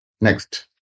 Next